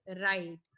right